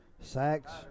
sacks